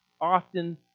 often